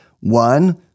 One